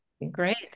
Great